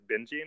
binging